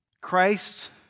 Christ